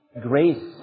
Grace